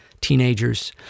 teenagers